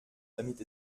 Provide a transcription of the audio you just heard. damit